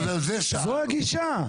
זאת הגישה.